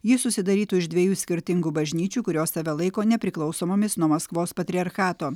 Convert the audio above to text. ji susidarytų iš dviejų skirtingų bažnyčių kurios save laiko nepriklausomomis nuo maskvos patriarchato